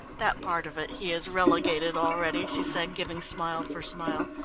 that part of it he has relegated already, she said, giving smile for smile.